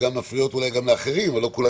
- אולי גם מפריעות לאחרים אבל לא כולם